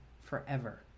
forever